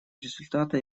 результата